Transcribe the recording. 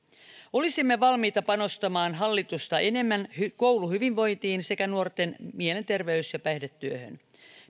olisimme valmiita panostamaan hallitusta enemmän kouluhyvinvointiin sekä nuorten mielenterveys ja päihdetyöhön